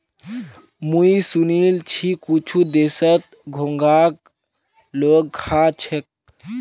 मुई सुनील छि कुछु देशत घोंघाक लोग खा छेक